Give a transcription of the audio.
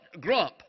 grump